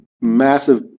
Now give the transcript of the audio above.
massive